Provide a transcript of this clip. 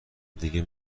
دیگه